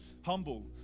humble